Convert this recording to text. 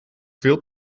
veel